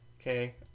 okay